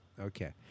Okay